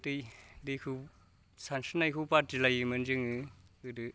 दै दैखौ सानस्रिनायखौ बादिलायोमोन जोङो गोदो